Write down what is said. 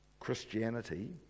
Christianity